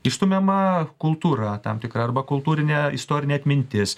išstumiama kultūra tam tikra arba kultūrinė istorinė atmintis